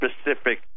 specific